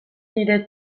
nire